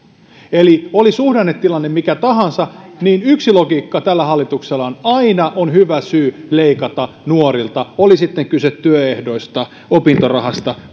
oli suhdannetilanne mikä tahansa niin yksi logiikka tällä hallituksella on aina on hyvä syy leikata nuorilta oli sitten kyse työehdoista opintorahasta